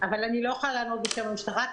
אבל אני לא יכולה לענות בשם המשטרה.